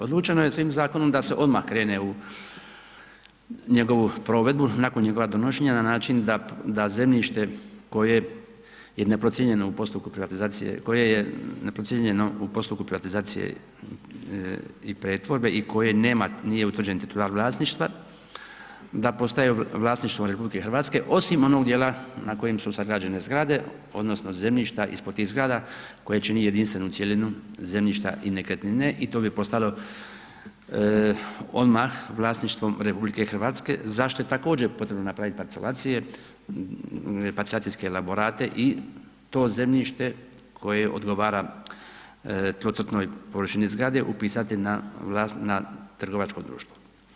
Odlučeno je ovim zakonom da se odmah krene u njegovu provedbu nakon njegova donošenja na način da zemljište koje je neprocijenjeno u postupku privatizacije, koje je neprocijenjeno u postupku privatizacije i pretvorbe i koje nema, nije utvrđen titular vlasništva da postaje vlasništvo RH osim onog dijela na kojem su sagrađene zgrade odnosno zemljišta ispod tih zgrada koje čini jedinstvenu cjelinu zemljišta i nekretnine i to bi postalo odmah vlasništvom RH za što je također potrebno napraviti parcelacije, parcelacijske elaborate i to zemljište koje odgovara tlocrtnoj površini zgrade upisati na trgovačko društvo.